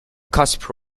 cusp